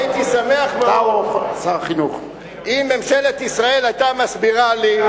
הייתי שמח מאוד אם ממשלת ישראל היתה מסבירה לי,